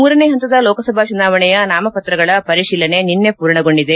ಮೂರನೇ ಪಂತದ ಲೋಕಸಭಾ ಚುನಾವಣೆಯ ನಾಮಪತ್ರಗಳ ಪರಿತೀಲನೆ ನಿನ್ನೆ ಪೂರ್ಣಗೊಂಡಿದೆ